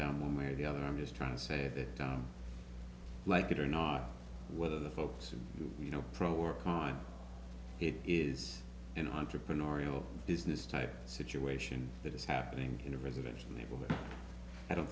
down one way or the other i'm just trying to say like it or not whether the folks in you know from work on it is an entrepreneurial business type situation that is happening in a residential neighborhood i don't